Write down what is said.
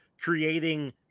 creating